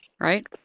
right